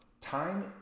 time